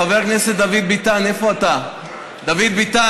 חבר הכנסת מיקי זוהר, בא לפה יאיר לפיד,